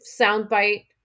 soundbite